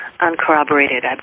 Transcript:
uncorroborated